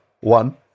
one